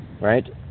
right